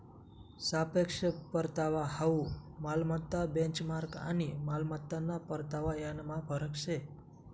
सापेक्ष परतावा हाउ मालमत्ता बेंचमार्क आणि मालमत्ताना परतावा यानमा फरक शे